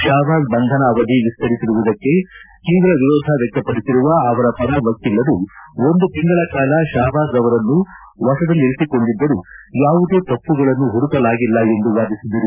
ಶಹಬಾಜ್ ಬಂಧನ ಅವಧಿ ವಿಸ್ತರಿಸಿರುವುದಕ್ಕೆ ತೀವ್ರ ವಿರೋಧ ವ್ಯಕ್ತಪಡಿಸಿರುವ ಅವರ ಪರ ವಕೀಲರು ಒಂದು ತಿಂಗಳ ಕಾಲ ಶಹಬಾಜ್ ಅವರನ್ನು ವಶದಲ್ಲಿರಿಸಿಕೊಂಡಿದ್ದರೂ ಯಾವುದೇ ತಪ್ಪುಗಳನ್ನು ಹುಡುಕಲಾಗಿಲ್ಲ ಎಂದು ವಾದಿಸಿದರು